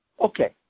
Okay